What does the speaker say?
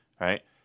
right